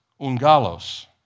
ungalos